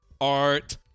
Art